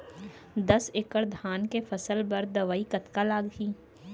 दस एकड़ धान के फसल बर दवई कतका लागही?